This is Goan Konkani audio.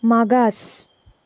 मागास